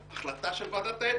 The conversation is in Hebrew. החלטה של ועדת האתיקה,